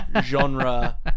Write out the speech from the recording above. genre